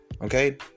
okay